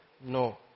No